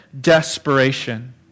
desperation